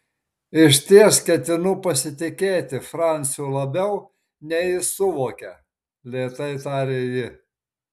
išties ketinu pasitikėti franciu labiau nei jis suvokia lėtai tarė ji